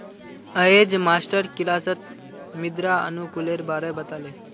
अयेज मास्टर किलासत मृदा अनुकूलेर बारे बता ले